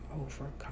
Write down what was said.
overcome